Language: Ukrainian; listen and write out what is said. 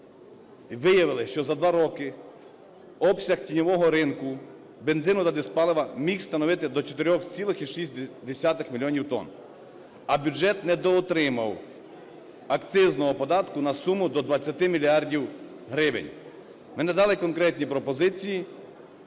Виявилося, що за два роки обсяг тіньового ринку бензину та дизпалива міг становити до 4,6 мільйона тонн, а бюджет недоотримав акцизного податку на суму до 20 мільярдів гривень. Ми надали конкретні пропозиції